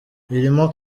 irimo